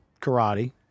karate